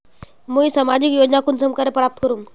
मुई सामाजिक योजना कुंसम करे प्राप्त करूम?